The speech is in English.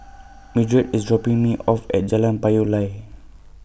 Mildred IS dropping Me off At Jalan Payoh Lai